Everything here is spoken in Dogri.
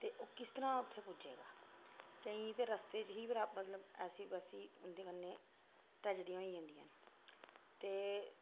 ते ओह् किस तरह उत्थे पुज्जे गा केईं ते रस्ते च ही मतलब ऐसी वैसी उंदे कन्ने ट्रैजडी होई जंदियां न ते